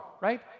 right